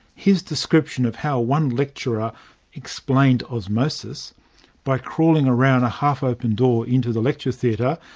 his description of how one lecturer explained osmosis by crawling around a half-open door into the lecture theatre,